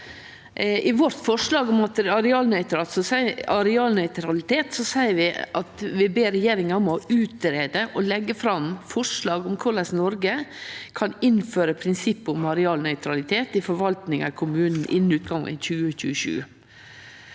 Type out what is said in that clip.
I vårt forslag om arealnøytralitet ber vi «regjeringen utrede og legge fram forslag om hvordan Norge kan innføre et prinsipp om arealnøytralitet i forvaltningen i kommunene innan utgangen av 2027».